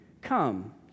Come